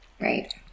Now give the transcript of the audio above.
Right